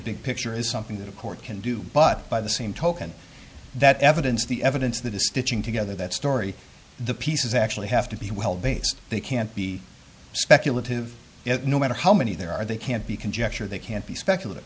big picture is something that a court can do but by the same token that evidence the evidence that is stitching together that story the pieces actually have to be well based they can't be speculative yet no matter how many there are they can't be conjecture they can't be speculative